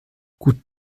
gut